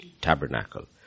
Tabernacle